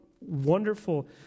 wonderful